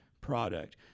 product